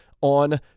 on